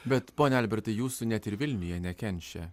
bet pone albertai jūsų net ir vilniuje nekenčia